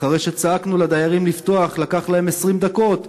אחרי שצעקנו לדיירים לפתוח ולקח להם 20 דקות,